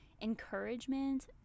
encouragement